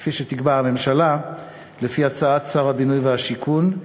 כפי שתקבע הממשלה לפי הצעת שר הבינוי והשיכון,